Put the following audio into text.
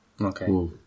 Okay